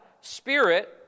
spirit